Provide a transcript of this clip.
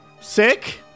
Sick